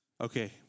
Okay